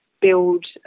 build